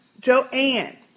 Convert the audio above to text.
joanne